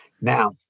Now